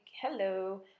Hello